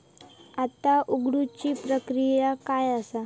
खाता उघडुची प्रक्रिया काय असा?